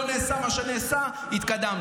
קרה מה שקרה, לא נעשה מה שלא נעשה, התקדמנו.